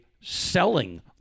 selling